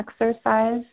exercise